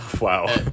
Wow